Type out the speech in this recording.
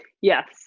Yes